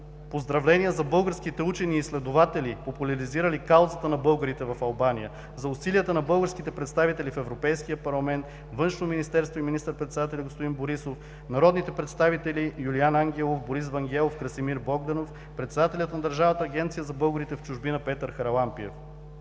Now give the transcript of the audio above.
поздравления за българските учени и изследователи, популяризирали каузата на българите в Албания; за усилията на българските представители в Европейския парламент, Външно министерство и министър-председателя господин Борисов, народните представители Юлиан Ангелов, Борис Вангелов, Красимир Богданов, председателя на Държавната агенция за българите в чужбина Петър Харалампиев.